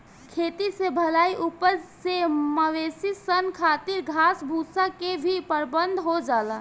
खेती से भईल उपज से मवेशी सन खातिर घास भूसा के भी प्रबंध हो जाला